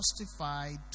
justified